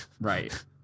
Right